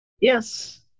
Yes